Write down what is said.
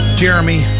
jeremy